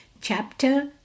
Chapter